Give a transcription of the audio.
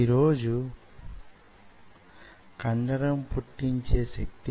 ఈ పసుపుపచ్చ కణాలను చూపడం లా